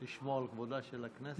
לשמור על כבודה של הכנסת?